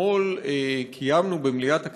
אתמול קיימנו במליאת הכנסת,